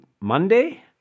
Monday